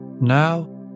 Now